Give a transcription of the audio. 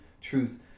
truth